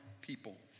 people